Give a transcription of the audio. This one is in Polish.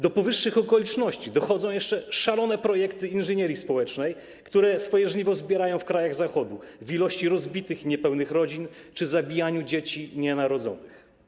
Do powyższych okoliczności dochodzą jeszcze szalone projekty inżynierii społecznej, które swoje żniwo zbierają w krajach Zachodu, w postaci liczby rozbitych i niepełnych rodzin czy zabijania dzieci nienarodzonych.